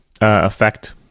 effect